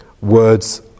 words